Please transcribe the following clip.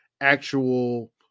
actual